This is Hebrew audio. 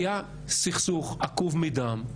היה סכסוך עקוב מדם.